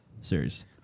Series